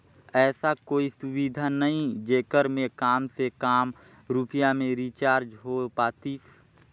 ऐसा कोई सुविधा नहीं जेकर मे काम से काम रुपिया मे रिचार्ज हो पातीस?